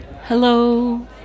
Hello